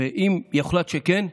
ואם יוחלט שכן,